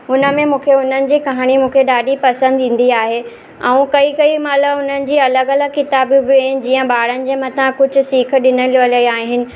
हुनमें मूंखे हुननि जी कहाणी मुखे ॾाढी पसंदि ईंदी आहे ऐं कई कई महिल हुननि जी अलॻि अलॻि किताबूं बि आहिनि जीअं ॿारन जे मथां कुझु सीख ॾिनल जो इलाही आहिनि